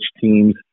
teams